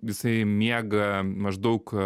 jisai miega maždaug